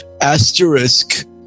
Asterisk